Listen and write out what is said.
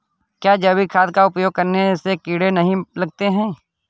क्या जैविक खाद का उपयोग करने से कीड़े नहीं लगते हैं?